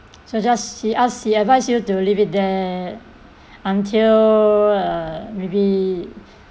so just she ask she advise you to leave it there until uh maybe